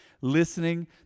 listening